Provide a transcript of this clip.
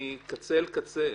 פה זה מקצה לקצה.